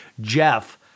Jeff